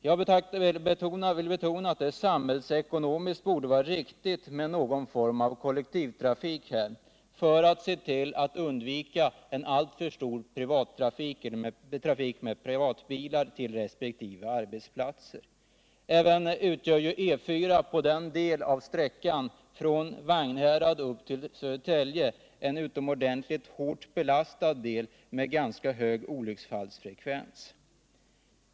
Jag vill betona att det samhällsekonomiskt borde vara riktigt med någon form av kollektivtrafik här för att se till att undvika en alltför stor privattrafik med privatbilar till resp. arbetsplatser. Dessutom är den del av sträckan från Vagnhärad till Södertälje som följer E 4 utomordentligt hårt belastad, med ganska hög olycksfallsfrekvens.